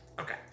Okay